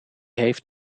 heeft